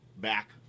back